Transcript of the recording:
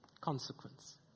consequence